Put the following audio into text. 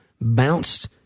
bounced